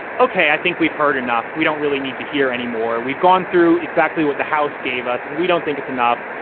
okay, i think we've heard enough. we don't really need to hear anymore. we've gone through exactly what the house gave us and we don't think it's enough.